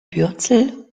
bürzel